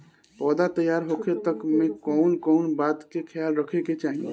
पौधा तैयार होखे तक मे कउन कउन बात के ख्याल रखे के चाही?